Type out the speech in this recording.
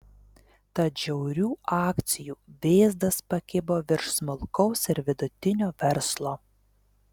tad žiaurių akcijų vėzdas pakibo virš smulkaus ir vidutinio verslo